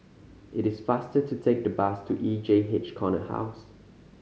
it is faster to take the bus to E J H Corner House